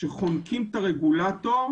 כשחונקים את הרגולטור,